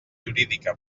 jurídica